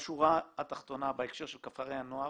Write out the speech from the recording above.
בשורה התחתונה בהקשר של כפרי הנוער,